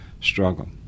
struggle